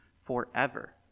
forever